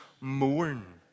mourn